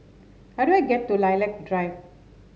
how do I get to Lilac Drive